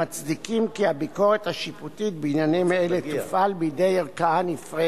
כל המבחן של השחרור הוא אם אפשר לזרוק את האיש הזה שנתפס אל